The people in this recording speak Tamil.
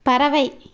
பறவை